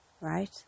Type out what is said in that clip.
right